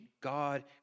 God